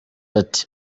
ati